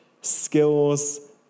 skills